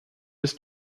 ist